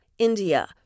India